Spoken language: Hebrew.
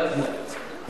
אנחנו מקשיבות, כבוד השר.